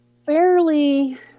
fairly